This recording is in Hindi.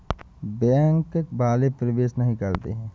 बैंक वाले प्रवेश नहीं करते हैं?